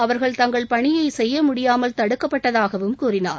அவர்கள் தங்கள் பணியை செய்ய முடியாமல் தடுக்கப்பட்டதாகவும் கூறினார்